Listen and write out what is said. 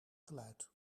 geluid